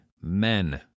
men